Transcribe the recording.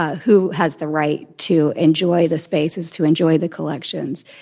who has the right to enjoy the spaces, to enjoy the collections?